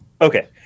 Okay